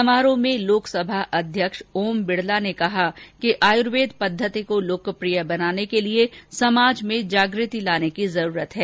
समारोह में लोकसभा अध्यक्ष ओम बिडला ने कहा है कि आयूर्वेद पद्धति को लोकप्रिय बनाने के लिए समाज में जागृति लाने की जरूरत है